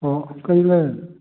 ꯑꯣ ꯀꯔꯤ ꯂꯩꯔꯦ